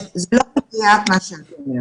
אז מה שאת אומרת לא מדויק.